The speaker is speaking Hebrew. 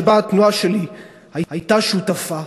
שבה התנועה שלי הייתה שותפה,